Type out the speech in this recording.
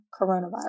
coronavirus